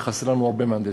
וחסרים לנו הרבה מהנדסים.